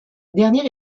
dernier